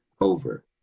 over